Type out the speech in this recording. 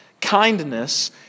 kindness